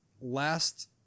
last